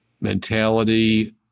mentality